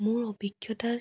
মোৰ অভিজ্ঞতা